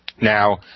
Now